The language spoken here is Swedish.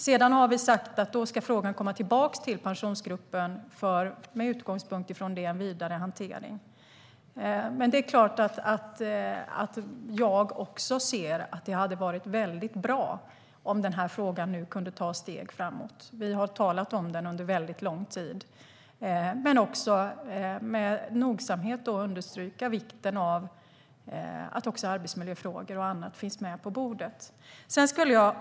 Sedan har vi sagt att frågan ska komma tillbaka till Pensionsgruppen, och med utgångspunkt från det sker en vidare hantering. Det är klart att också jag ser att det hade varit bra om frågan nu kunde ta steg framåt. Vi har talat om den under lång tid, men vi ska med nogsamhet understryka vikten av att arbetsmiljöfrågor och annat också finns på bordet.